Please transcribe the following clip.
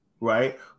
right